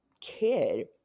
kid